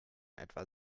etwa